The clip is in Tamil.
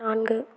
நான்கு